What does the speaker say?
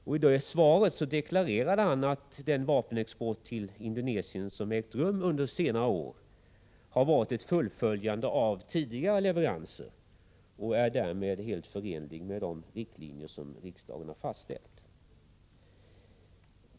I det svaret deklarerade han att den vapenexport till Indonesien som ägt rum under senare år har varit ett fullföljande av tidigare leveranser och därmed är helt förenlig med de riktlinjer som riksdagen har fastlagt.